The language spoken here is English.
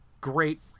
great